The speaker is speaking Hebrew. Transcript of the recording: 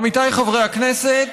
עמיתיי חברי הכנסת,